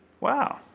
Wow